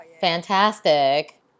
fantastic